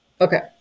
Okay